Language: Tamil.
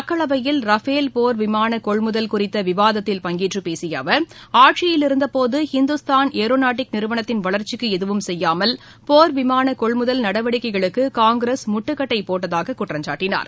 மக்களவையில் ரஃபேல் போர் விமான கொள்முதல் குறித்த விவாதத்தில் பங்கேற்று பேசிய அவர் ஆட்சியில் இருந்தபோது இந்துஸ்தான் ஏரோநாட்டிக் நிறுவனத்தின் வளர்ச்சிக்கு எதுவும் செய்யாமல் போர் விமான கொள்முதல் நடவடிக்கைகளுக்கு காங்கிரஸ் முட்டுக்கட்டை போட்டதாக குற்றம் சாட்டினார்